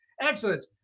Excellent